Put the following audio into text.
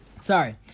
Sorry